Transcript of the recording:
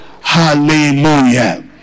Hallelujah